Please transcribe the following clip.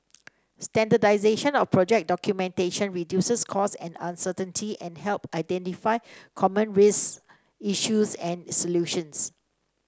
standardization of project documentation reduces costs and uncertainty and helps identify common risks issues and solutions